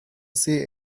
see